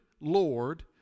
Lord